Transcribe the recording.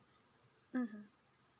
mmhmm